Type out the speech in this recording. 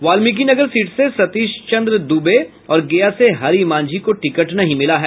Valmikinagar seat से सतीश चन्द्र दूबे और गया से हरि मांझी को टिकट नहीं मिला है